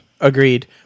Agreed